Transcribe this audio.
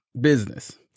business